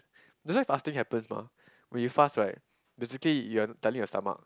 that's why fasting happen mah when you fast right basically you are telling your stomach